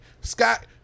Scott